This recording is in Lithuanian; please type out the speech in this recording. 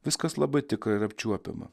viskas labai tikra ir apčiuopiama